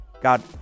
God